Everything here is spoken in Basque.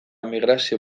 migrazio